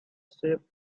sheep